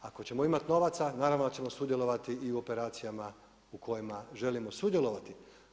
Ako ćemo imati novaca naravno da ćemo sudjelovati i u operacijama u kojima želimo sudjelovati.